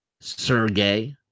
Sergey